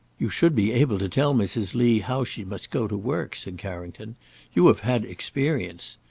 you should be able to tell mrs. lee how she must go to work, said carrington you have had experience.